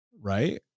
right